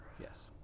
Yes